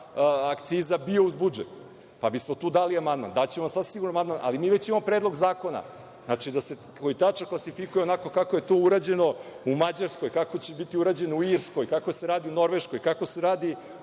akciza bio uz budžet, pa bismo tu dali amandman. Daćemo sasvim sigurno amandman, ali mi već imamo predlog zakona. Znači, da se tačno klasifikuje onako kako je to urađeno u Mađarskoj, kako će biti urađeno u Irskoj, kako se radi u Norveškoj, kako se radi